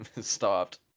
stopped